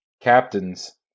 captains